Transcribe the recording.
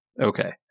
Okay